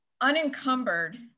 unencumbered